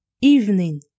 Evening